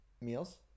meals